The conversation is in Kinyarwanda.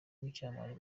wicyamamare